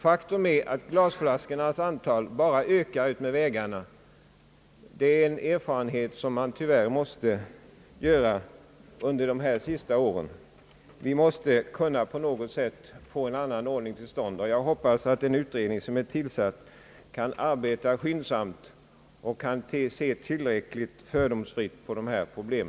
Faktum är också att glasflaskornas antal bara ökar utmed vägarna — den er farenheten har man tyvärr tvingats göra under de senaste åren, På något sätt måste vi få en annan ordning till stånd, och jag hoppas att den tillsatta utredningen kan arbeta skyndsamt och skall se tillräckligt fördomsfritt på dessa problem.